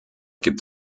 gibt